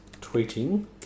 tweeting